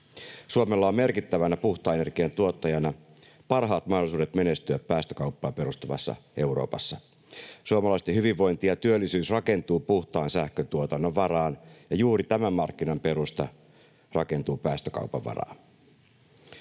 Suomella on merkittävänä puhtaan energian tuottajana parhaat mahdollisuudet menestyä päästökauppaan perustuvassa Euroopassa. Suomalaisten hyvinvointi ja työllisyys rakentuvat puhtaan sähköntuotannon varaan, ja juuri tämän markkinan perusta rakentuu päästökaupan varaan.